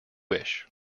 wish